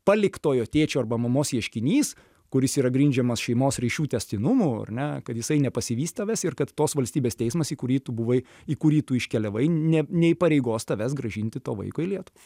paliktojo tėčio arba mamos ieškinys kuris yra grindžiamas šeimos ryšių tęstinumu ar ne kad jisai nepasivys tavęs ir kad tos valstybės teismas į kurį tu buvai į kurį tu iškeliavai ne neįpareigos tavęs grąžinti to vaiko į lietuvą